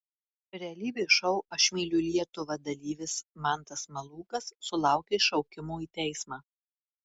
realybės šou aš myliu lietuvą dalyvis mantas malūkas sulaukė šaukimo į teismą